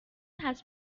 has